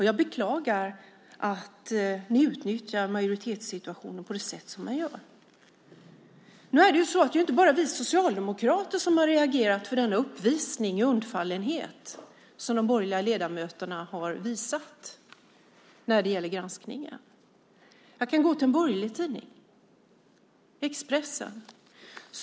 Jag beklagar att ni utnyttjar majoritetssituationen på det sätt som ni gör. Nu är det inte bara vi socialdemokrater som har reagerat på den uppvisning i undfallenhet som de borgerliga ledamöterna har gett prov på när det gäller granskningen. Jag kan gå till en borgerlig tidning, Expressen.